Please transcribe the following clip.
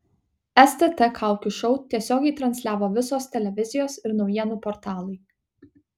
stt kaukių šou tiesiogiai transliavo visos televizijos ir naujienų portalai